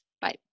Bye